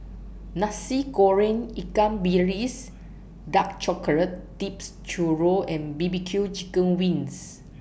Nasi Goreng Ikan Bilis Dark Chocolate Dipped Churro and B B Q Chicken Wings